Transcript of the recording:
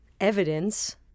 evidence